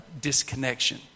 disconnection